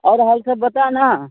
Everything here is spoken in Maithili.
आओर हालसभ बता ने